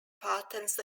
patterns